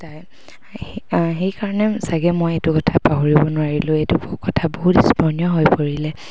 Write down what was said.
তাই সেইকাৰণে চাগে মই এইটো কথা পাহৰিব নোৱাৰিলোঁ এইটো কথা বহুত স্মৰণীয় হৈ পৰিলে